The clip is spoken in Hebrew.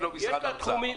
היא לא משרד האוצר.